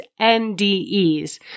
NDEs